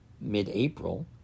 mid-April